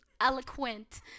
eloquent